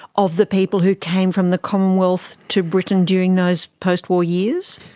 of the people who came from the commonwealth to britain during those post-war years?